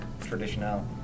traditional